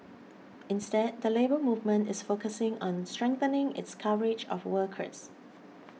instead the Labour Movement is focusing on strengthening its coverage of workers